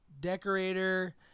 decorator